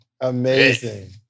Amazing